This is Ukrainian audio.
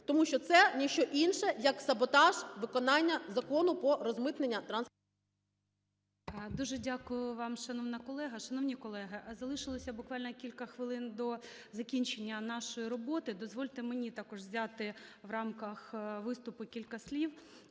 Тому що це ні що інше як саботаж виконання закону по розмитненню … 13:54:49 ГОЛОВУЮЧИЙ. Дуже дякую вам, шановна колего. Шановні колеги, залишилося буквально кілька хвилин до закінчення нашої роботи. Дозвольте мені також взяти в рамках виступу кілька слів